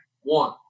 one